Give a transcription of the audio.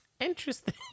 interesting